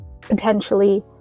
potentially